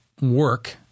work